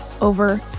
over